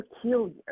peculiar